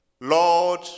lord